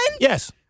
Yes